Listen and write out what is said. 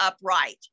upright